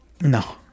No